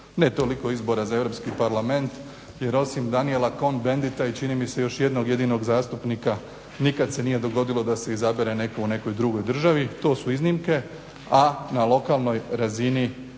ne toliko izbora za Europski parlament, jer osim Danijela …/Govornik se ne razumije./… i čini mi se još jednog jedinog zastupnika nikad se nije dogodilo da se izabere netko u nekoj drugoj državi. To su iznimke, a na lokalnoj razini